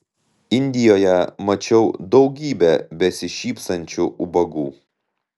indijoje mačiau daugybę besišypsančių ubagų